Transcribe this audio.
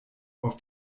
auf